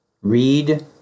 read